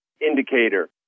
indicator